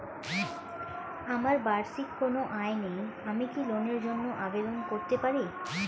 আমার বার্ষিক কোন আয় নেই আমি কি লোনের জন্য আবেদন করতে পারি?